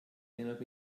erinnert